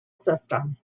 system